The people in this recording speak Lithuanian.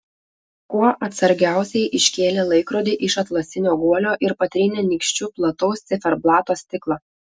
kuo atsargiausiai iškėlė laikrodį iš atlasinio guolio ir patrynė nykščiu plataus ciferblato stiklą